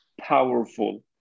powerful